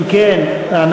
לא